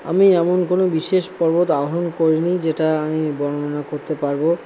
আমি এমন কোনো বিশেষ পর্বত আরোহণ করিনি যেটা আমি বর্ণনা করতে পারব